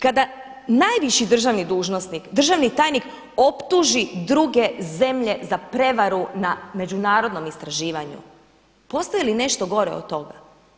Kada najviši državni dužnosnik, državni tajnik optuži druge zemlje za prevaru na međunarodnom istraživanju, postoji li nešto gore od toga?